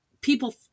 People